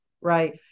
Right